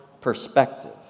perspective